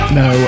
no